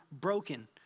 broken